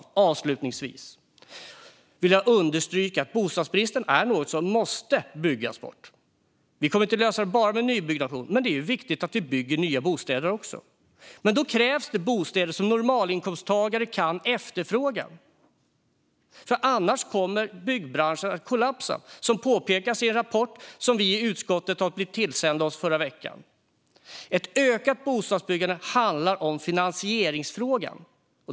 Jag vill avslutningsvis understryka att bostadsbristen är något som måste byggas bort. Vi kommer inte att lösa detta med enbart nybyggnation, men det är viktigt att vi bygger även nya bostäder. Men då krävs bostäder som normalinkomsttagare kan efterfråga. Annars kommer byggbranschen att kollapsa, som påpekats i en rapport som vi i utskottet fick oss tillsända i förra veckan. Ett ökat bostadsbyggande handlar om finansieringsfrågan.